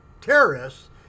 terrorists